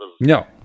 No